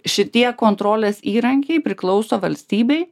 šitie kontrolės įrankiai priklauso valstybei